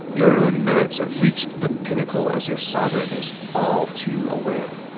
your own merits have reached the pinnacle, as your sovereign is all too aware.